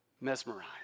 mesmerized